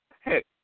hey